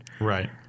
Right